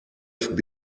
dfb